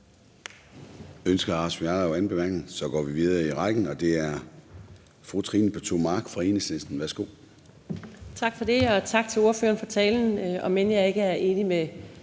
Tak for det, og tak til ordføreren for talen. Om end jeg ikke er enig i